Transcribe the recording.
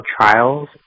trials